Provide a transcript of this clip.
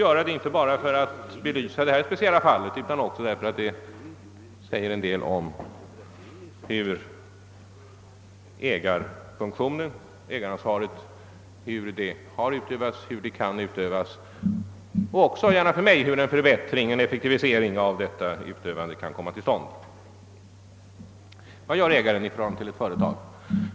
Jag tror detta kan vara nyttigt för att belysa inte bara det här speciella fallet utan också hur ägarfunktionen och ägaransvaret utövas och — gärna för mig — hur en förbättring och effektivisering av detta utövande skall komma till stånd. Vad gör ägaren till ett företag?